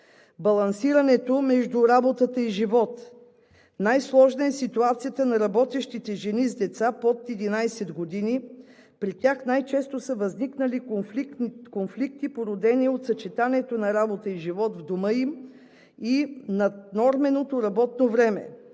балансирането между работата и живот; най-сложна е ситуацията на работещите жени с деца под 11 години, при тях най-често са възникнали конфликти, породени от съчетанието на работа и живот в дома им, и наднорменото работно време.